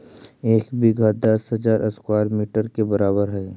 एक बीघा दस हजार स्क्वायर मीटर के बराबर हई